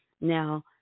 now